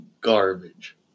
garbage